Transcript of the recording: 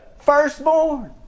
firstborn